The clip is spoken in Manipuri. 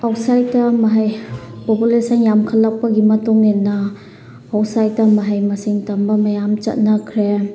ꯑꯥꯎꯠꯁꯥꯏꯠꯇ ꯃꯍꯩ ꯄꯣꯄꯨꯂꯦꯁꯟ ꯌꯥꯝꯈꯠꯂꯛꯄꯒꯤ ꯃꯇꯨꯡ ꯏꯟꯅ ꯑꯥꯎꯠꯁꯥꯏꯠꯇ ꯃꯍꯩ ꯃꯁꯤꯡ ꯇꯝꯕ ꯃꯌꯥꯝ ꯆꯠꯅꯈ꯭ꯔꯦ